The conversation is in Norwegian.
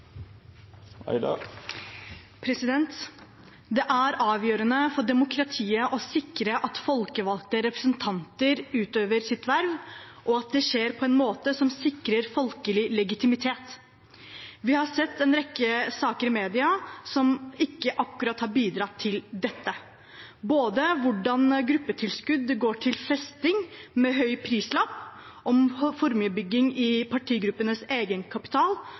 Det er avgjørende for demokratiet å sikre at folkevalgte representanter utøver sitt verv, og at det skjer på en måte som sikrer folkelig legitimitet. Vi har sett en rekke saker i media som ikke akkurat har bidratt til dette, både om hvordan gruppetilskudd går til festing med høy prislapp, om formuebygging i partigruppenes egenkapital